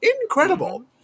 incredible